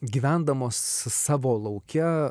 gyvendamos savo lauke